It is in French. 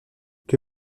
que